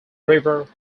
river